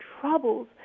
troubles